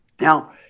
Now